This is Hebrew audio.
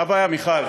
מה הבעיה, מיכל?